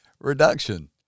Reduction